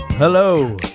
Hello